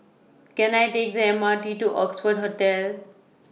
Can I Take The M R T to Oxford Hotel